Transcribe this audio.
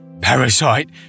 parasite